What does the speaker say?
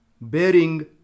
bearing